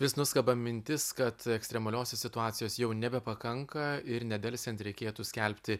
vis nuskamba mintis kad ekstremaliosios situacijos jau nebepakanka ir nedelsiant reikėtų skelbti